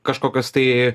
kažkokios tai